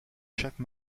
chaque